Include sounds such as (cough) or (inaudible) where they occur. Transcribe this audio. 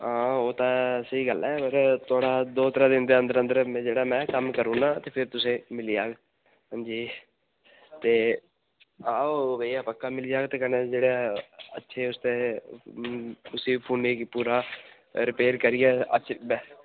आं ओह् तां स्हेई गल्ल ऐ पर थुआड़ा दो त्रै दिन ते अंदर अंदर जेह्ड़ा में कम्म करी ओड़ना फ्ही तुसेंगी मिली जाग हां जी ते आ ओ भैया पक्का मिली जाग ते कन्नै जेह्ड़ा अच्छे (unintelligible) उसी फोनै गी पूरा रिपेयर करियै (unintelligible)